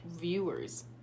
viewers